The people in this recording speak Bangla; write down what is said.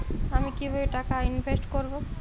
আমি কিভাবে টাকা ইনভেস্ট করব?